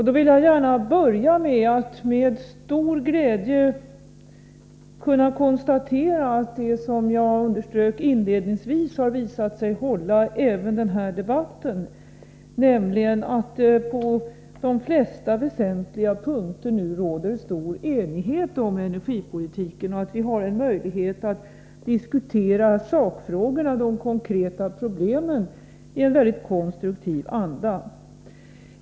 Då vill jag gärna börja med att med stor glädje konstatera att det som jag underströk inledningsvis har visat sig hålla även i denna debatt, nämligen att det på de flesta väsentliga punkter nu råder stor enighet om energipolitiken. Vi har möjlighet att diskutera sakfrågorna och de konkreta problemen i en mycket konstruktiv anda.